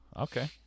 Okay